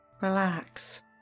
Relax